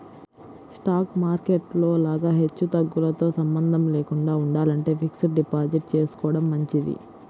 stock market లో లాగా హెచ్చుతగ్గులతో సంబంధం లేకుండా ఉండాలంటే ఫిక్స్డ్ డిపాజిట్ చేసుకోడం మంచిది